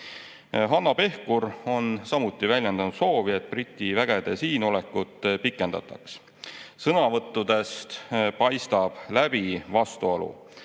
Hanno Pevkur on samuti väljendanud soovi, et Briti vägede siinolekut pikendataks. Sõnavõttudest paistab läbi vastuolu.